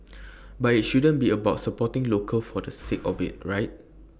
but IT shouldn't be about supporting local for the sake of IT right